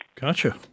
Gotcha